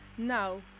Now